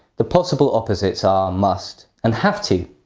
the possible opposites are must and have to.